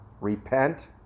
repent